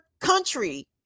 country